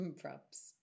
Props